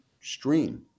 stream